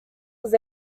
was